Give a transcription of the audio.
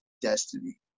destiny